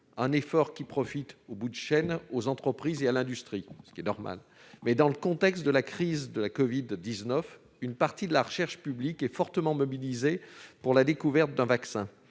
du PIB et qui profite en bout de chaîne aux entreprises et à l'industrie. Dans le contexte de la crise de la covid-19, une partie de la recherche publique est fortement mobilisée pour la découverte d'un vaccin.